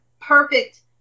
perfect